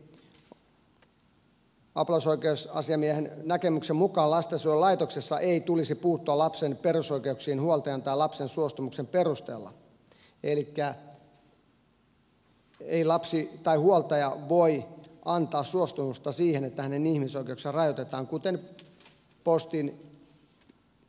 esimerkiksi apulaisoikeusasiamiehen näkemyksen mukaan lastensuojelulaitoksessa ei tulisi puuttua lapsen perusoikeuksiin huoltajan tai lapsen suostumuksen perusteella elikkä ei lapsi tai huoltaja voi antaa suostumusta siihen että hänen ihmisoikeuksiaan rajoitetaan kuten postin